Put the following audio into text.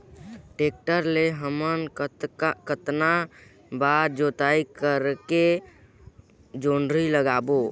Tractor ले हमन कतना बार जोताई करेके जोंदरी लगाबो?